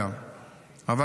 אגב,